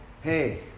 hey